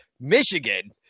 Michigan